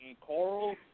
coral